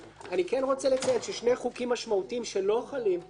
אני רוצה לציין ששני חוקים משמעותיים שלא חלים פה זה